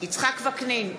יצחק וקנין,